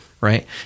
right